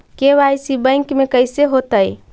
KYC bank में कैसे होतै?